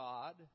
God